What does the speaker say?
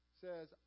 says